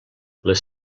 les